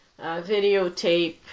videotape